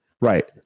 Right